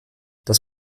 das